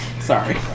Sorry